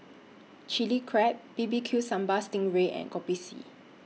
Chili Crab B B Q Sambal Sting Ray and Kopi C